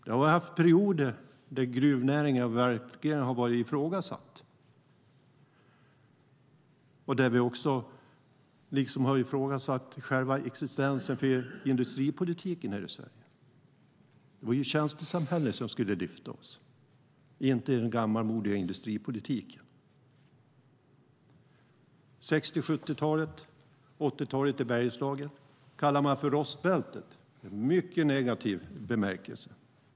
Vi har haft perioder när gruvnäringen verkligen har varit ifrågasatt och där vi också har ifrågasatt själva existensen för industripolitiken här i Sverige. Det var tjänstesamhället som skulle lyfta oss - inte den gammalmodiga industripolitiken. Under 60-, 70 och 80-talen kallade man Bergslagen för rostbältet - i mycket negativ bemärkelse.